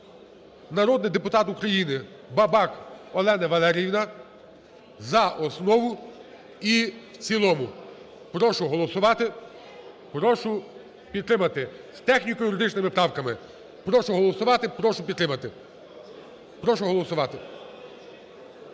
народний депутат України Бабак Олена Валеріївна, за основу і в цілому. Прошу голосувати, прошу підтримати, з техніко-юридичними правками. Прошу голосувати, прошу підтримати. Прошу голосувати.